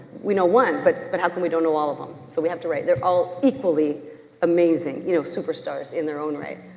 we know one but but how come we don't know all of them, so we to, right, they're all equally amazing, you know, superstars in their own right.